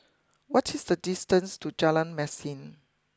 what is the distance to Jalan Mesin